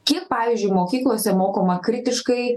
kiek pavyzdžiui mokyklose mokoma kritiškai